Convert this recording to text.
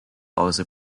also